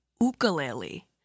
ukulele